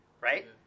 right